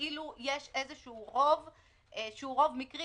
כאילו יש איזשהו רוב שהוא רוב מקרי.